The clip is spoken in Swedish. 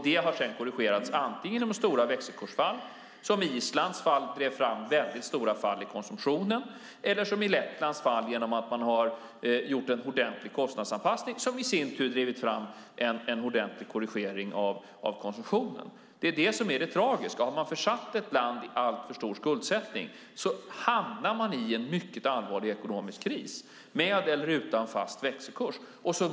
Det har korrigerats genom stora växelkursfall, som på Island där det drev fram stora fall i konsumtionen. Eller också har man gjort som i Lettland där man har gjort en ordentlig kostnadsanpassning som har drivit fram en korrigering av konsumtionen. Det är det tragiska. Om man har försatt ett land i alltför stor skuldsättning hamnar man i en mycket allvarlig ekonomisk kris, med eller utan fast växelkurs.